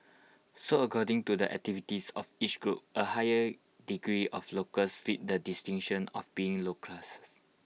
so according to the activities of each group A high degree of locals fit the distinction of being lower class